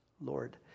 Lord